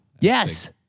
yes